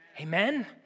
Amen